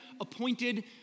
appointed